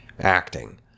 acting